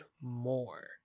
more